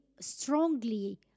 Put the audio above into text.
strongly